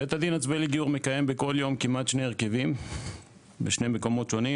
בית הדין הצבאי לגיור מקיים בכל יום כמעט שני הרכבים בשני מקומות שונים.